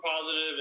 positive